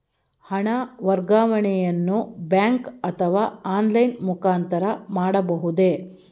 ಹಣ ವರ್ಗಾವಣೆಯನ್ನು ಬ್ಯಾಂಕ್ ಅಥವಾ ಆನ್ಲೈನ್ ಮುಖಾಂತರ ಮಾಡಬಹುದೇ?